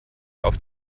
auf